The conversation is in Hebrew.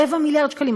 רבע מיליארד שקלים,